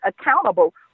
accountable